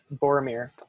Boromir